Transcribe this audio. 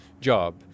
job